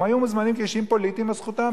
אם הם היו מוזמנים כאנשים פוליטיים אז זכותם,